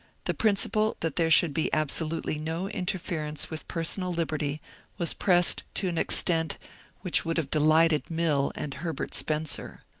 the principle that there should be absolutely no interference with personal liberty was pressed to an extent which would have delighted mill and herbert spencer.